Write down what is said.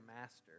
master